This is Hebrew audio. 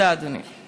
תודה, אדוני.